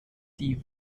die